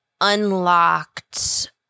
unlocked